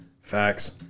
Facts